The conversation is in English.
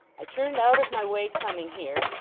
i turned out of my way coming here,